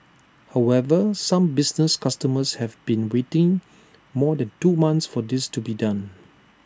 however some business customers have been waiting more than two months for this to be done